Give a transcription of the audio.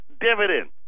dividends